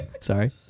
Sorry